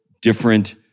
different